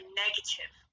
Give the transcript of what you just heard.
negative